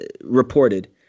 reported